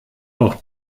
auch